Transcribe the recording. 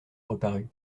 reparut